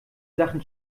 sachen